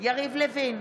יריב לוין,